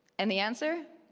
and the answer?